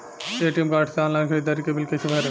ATM card से online ख़रीदारी के बिल कईसे भरेम?